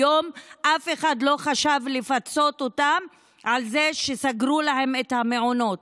היום אף אחד לא חשב לפצות אותם על זה שסגרו להם את המעונות.